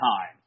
time